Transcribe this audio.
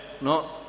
No